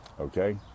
Okay